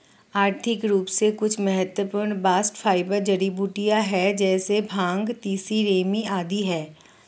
आर्थिक रूप से कुछ महत्वपूर्ण बास्ट फाइबर जड़ीबूटियां है जैसे भांग, तिसी, रेमी आदि है